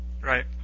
Right